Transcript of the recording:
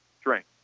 Strength